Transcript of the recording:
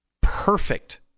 perfect